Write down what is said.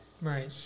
Right